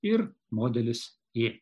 ir modelis ė